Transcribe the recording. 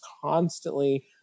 constantly